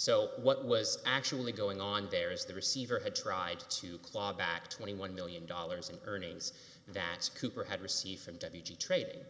so what was actually going on there is the receiver had tried to claw back twenty one million dollars in earnings that cooper had received from debbie trading